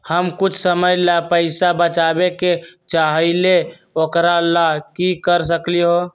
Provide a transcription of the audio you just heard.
हम कुछ समय ला पैसा बचाबे के चाहईले ओकरा ला की कर सकली ह?